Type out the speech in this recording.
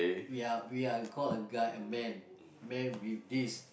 we are we are called a guy a man men with this